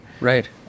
Right